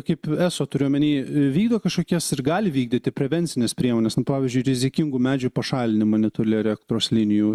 kaip eso turiu omeny vykdo kažkokias ir gali vykdyti prevencines priemones pavyzdžiui rizikingų medžių pašalinimą netoli elektros linijų